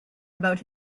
about